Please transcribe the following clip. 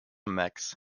max